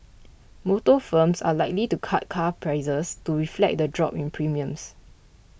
motor firms are likely to cut car prices to reflect the drop in premiums